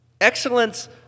Excellence